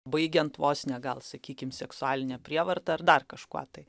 baigiant vos ne gal sakykim seksualine prievarta ar dar kažkuo tai